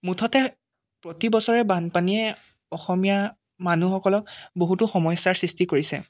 মুঠতে প্ৰতিবছৰে বানপানীয়ে অসমীয়া মানুহসকলক বহুতো সমস্যাৰ সৃষ্টি কৰিছে